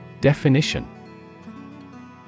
Definition